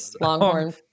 Longhorn